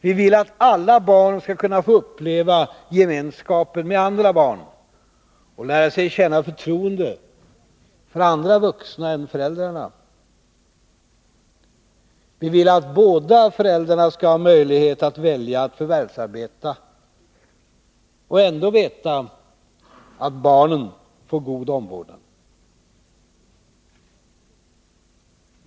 Vi vill att alla barn skall kunna få uppleva gemenskapen med andra barn och lära sig känna förtroende för andra vuxna än föräldrarna. Vi vill att båda föräldrarna skall ha möjlighet att välja att förvärvsarbeta och ändå veta att barnen får god omvårdnad.